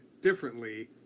differently